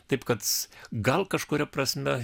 taip kad gal kažkuria prasme